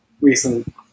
recent